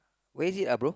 where is it are pro